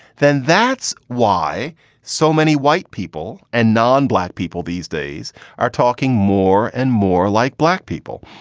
then that's why so many white people and non-black people these days are talking more and more like black people.